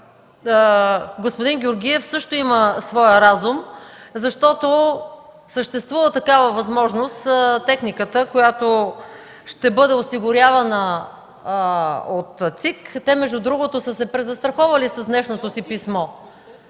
което господин Георгиев предложи, също има своя разум, защото съществува възможност техниката, която ще бъде осигурявана от ЦИК – между другото те са се презастраховали в днешното си писмо,